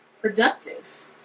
productive